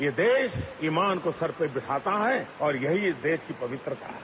ये देश ईमान को सिर पर बैठाता है और यही इस देश की पवित्रता है